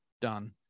Done